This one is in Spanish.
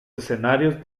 escenarios